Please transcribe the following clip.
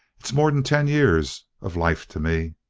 it's more'n ten years of life to me!